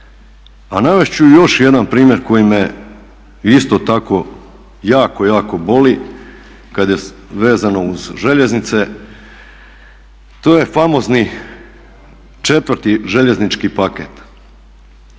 A navest ću još jedan primjer koji me isto tako jako, jako boli vezano uz željeznice. To je famozni 4. željeznički paket